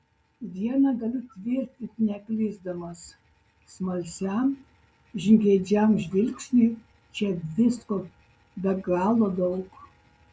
viena galiu tvirtinti neklysdamas smalsiam žingeidžiam žvilgsniui čia visko be galo daug